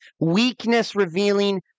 weakness-revealing